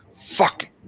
Fuck